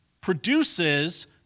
produces